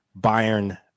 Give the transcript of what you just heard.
Bayern